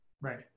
Right